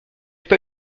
pas